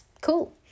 cool